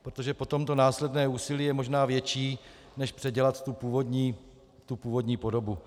Protože potom to následné úsilí je možná větší než předělat tu původní podobu.